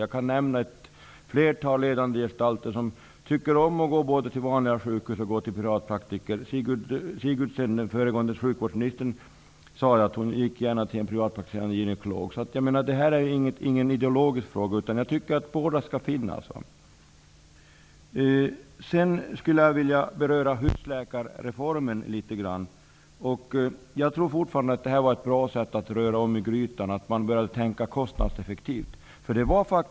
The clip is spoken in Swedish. Jag kan nämna ett flertal ledande gestalter som tycker om både att gå till vanliga sjukhus och till privatpraktiker. Den förra sjukvårdsministern Sigurdsen sade att hon gärna gick till en privatpraktiserande gynekolog. Det här är ingen ideologisk fråga. Jag tycker att båda alternativen skall finnas. Jag vill också beröra frågan om husläkarreformen. Jag tror fortfarande att det här var ett bra sätt att röra om i grytan så att man började tänka kostnadseffektivt.